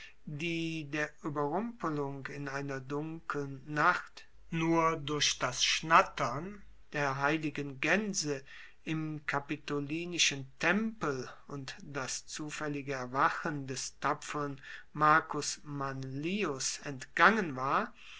die der ueberrumpelung in einer dunkeln nacht nur durch das schnattern der heiligen gaense im kapitolinischen tempel und das zufaellige erwachen des tapferen marcus manlius entgangen war